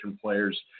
players